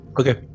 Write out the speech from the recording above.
Okay